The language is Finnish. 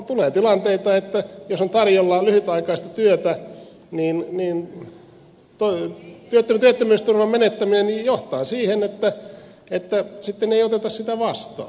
tulee tilanteita että jos on tarjolla lyhytaikaista työtä työttömyysturvan menettäminen johtaa siihen että sitten ei oteta työtä vastaan